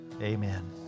Amen